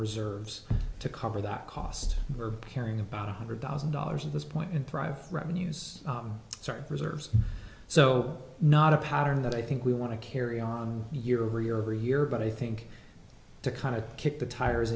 reserves to cover that cost are carrying about one hundred thousand dollars at this point in private revenues start reserves so not a pattern that i think we want to carry on year over year over year but i think to kind of kick the tires